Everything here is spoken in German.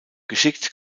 geschickt